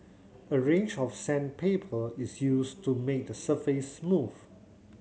a range of sandpaper is used to make the surface smooth